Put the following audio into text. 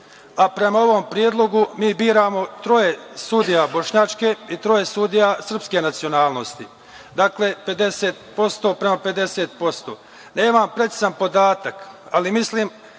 a prema ovom predlogu mi biramo troje sudija bošnjačke i troje sudija srpske nacionalnosti. Dakle, 50% prema 50%. Nemam precizan podatak, ali mislim